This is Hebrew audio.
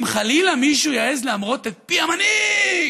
אם חלילה מישהו יעז להמרות את פי המנהיג,